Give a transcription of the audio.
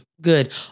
good